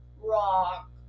rock